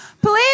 Please